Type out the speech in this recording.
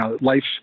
life